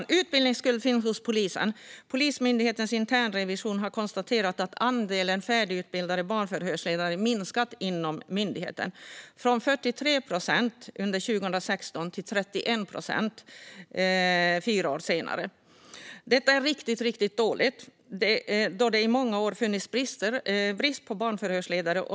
Det finns en utbildningsskuld hos polisen. Polismyndighetens internrevision har konstaterat att andelen färdigutbildade barnförhörsledare inom myndigheten har minskat från 43 procent 2016 till 31 procent fyra år senare. Detta är riktigt dåligt, då det i många år har rått brist på barnförhörsledare.